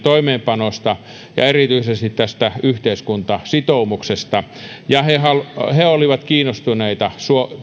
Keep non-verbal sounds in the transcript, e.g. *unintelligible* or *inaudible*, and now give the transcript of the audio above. *unintelligible* toimeenpanosta ja erityisesti tästä yhteiskuntasitoumuksesta ja he he olivat kiinnostuneita